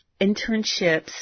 Internships